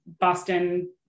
Boston-